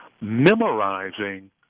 memorizing